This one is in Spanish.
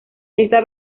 esta